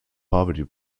poverty